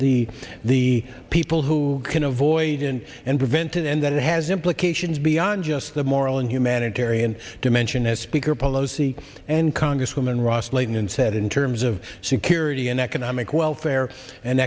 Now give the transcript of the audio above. the the people who can avoid and and prevent it and that has implications beyond just the moral and humanitarian dimension as speaker pelosi and congresswoman ross layton said in terms of security and economic welfare and